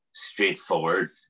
Straightforward